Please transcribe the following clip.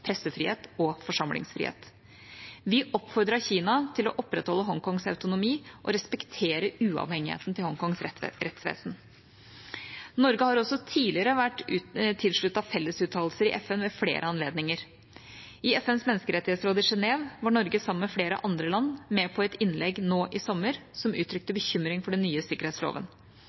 pressefrihet og forsamlingsfrihet. Vi oppfordret Kina til å opprettholde Hongkongs autonomi og respektere uavhengigheten til Hongkongs rettsvesen. Norge har også tidligere vært tilsluttet fellesuttalelser i FN ved flere anledninger. I FNs menneskerettighetsråd i Genève var Norge, sammen med flere andre land, med på et innlegg nå i sommer som uttrykte bekymring for den nye sikkerhetsloven.